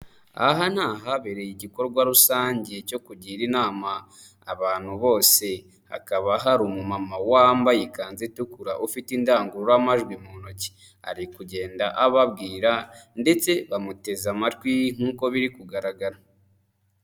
Aha ni ahabereye igikorwa rusange cyo kugira inama abantu bose, hakaba hari umumama wambaye ikanzu itukura ufite indangururamajwi mu ntoki, ari kugenda ababwira ndetse bamuteze amatwi nk'uko biri kugaragara.